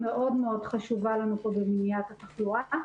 מאוד מאוד חשובה לנו פה במניעת תחלואה.